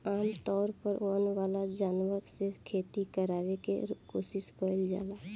आमतौर पर वन वाला जानवर से खेती करावे के कोशिस कईल जाला